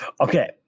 okay